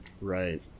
right